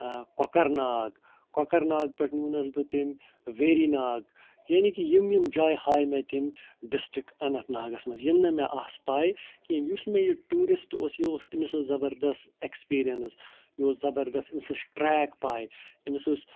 کۄکَر ناگ کۄکَر ناگ پٮ۪ٹھ نیونَس بہٕ تٔمۍ وٮ۪ری ناگ یعنی کہ یِم یِم جایہِ ہایہِ مےٚ تٔمۍ ڈِسٹرک اننت ناگَس منٛز یِم نہٕ مےٚ آسہٕ پاے کِہیٖنۍ یُس مےٚ یہِ ٹوٗرِسٹ اوس یہِ اوس أمِس ٲسۍ زبردَس اٮ۪کٕسپریٖنٕس یہِ اوس زبردَس أمِس ٲسۍ ٹریک پاے أمِس ٲسۍ